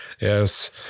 yes